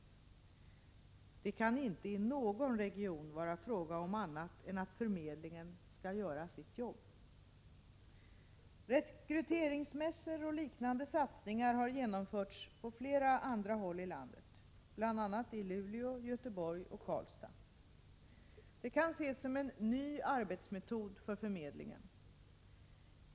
Det kan inte i någon region vara fråga om annat än att förmedlingen skall göra sitt jobb. Rekryteringsmässor och liknande satsningar har genomförts på flera andra håll i landet, bl.a. i Luleå, Göteborg och Karlstad. Det kan ses som en ny arbetsmetod för förmedlingen.